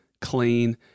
clean